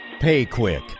PayQuick